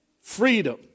freedom